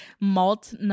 malt